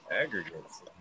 aggregates